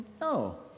No